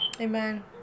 Amen